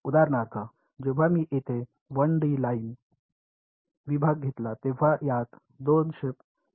उदाहरणार्थ जेव्हा मी येथे 1 डी लाईन विभाग घेतला तेव्हा यात 2 शेप फंक्शन्स होते